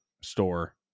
store